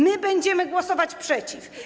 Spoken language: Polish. My będziemy głosować przeciw.